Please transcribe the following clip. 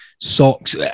socks